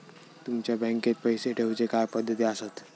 तुमच्या बँकेत पैसे ठेऊचे काय पद्धती आसत?